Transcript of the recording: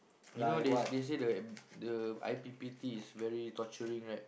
you know they they say that the I_P_P_T is very torturing righL>